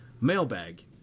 Mailbag